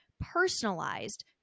personalized